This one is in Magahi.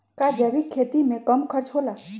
का जैविक खेती में कम खर्च होला?